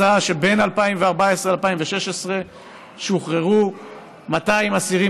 מצא שבין 2014 ל-2016 שוחררו 200 אסירים